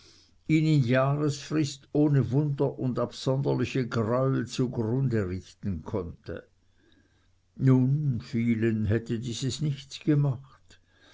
in jahresfrist ohne wunder und absonderliche greuel zugrunde richten konnte nun vielen hätte dieses nichts gemacht